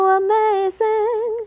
amazing